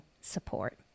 support